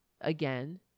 again